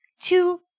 two